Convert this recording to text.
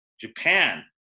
Japan